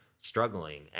struggling